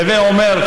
הווי אומר,